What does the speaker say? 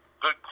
good